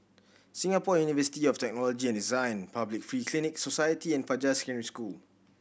Singapore University of Technology and Design Public Free Clinic Society and Fajar Secondary School